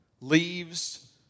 leaves